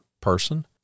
person